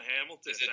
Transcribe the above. Hamilton